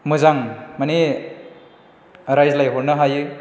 मोजां मानि रायज्लाय हरनो हायो